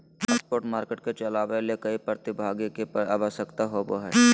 spot market के चलावय ले कई प्रतिभागी के आवश्यकता होबो हइ